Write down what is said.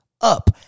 Up